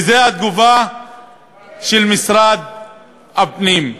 וזו התגובה של משרד הפנים.